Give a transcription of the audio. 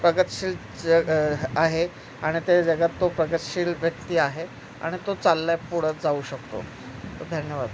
प्रगतशील जग आहे आणि त्या जगात तो प्रगतशील व्यक्ति आहे आणि तो चालल्या पुढं तर जाऊ शकतो धन्यवाद